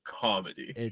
comedy